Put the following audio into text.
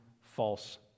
false